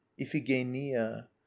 Iphigenia